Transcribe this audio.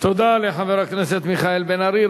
תודה לחבר הכנסת מיכאל בן-ארי.